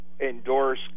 endorse